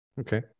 Okay